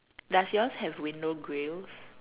does yours have window grills